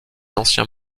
anciens